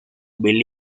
bill